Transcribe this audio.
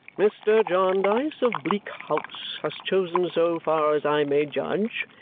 mr. jarndyce of bleak house has chosen, so far as i may judge,